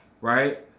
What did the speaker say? right